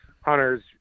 Hunter's